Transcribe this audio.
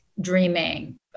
dreaming